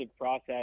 process